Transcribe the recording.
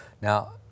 Now